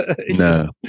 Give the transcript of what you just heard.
No